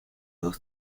dos